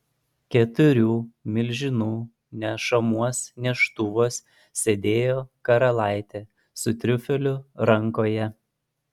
keturių milžinų nešamuos neštuvuos sėdėjo karalaitė su triufeliu rankoje